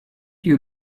you